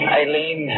Eileen